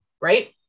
Right